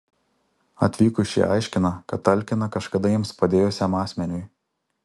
atvykus šie aiškina kad talkina kažkada jiems padėjusiam asmeniui